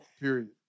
Period